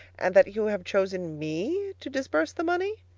and that you have chosen me to disburse the money?